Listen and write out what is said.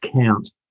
count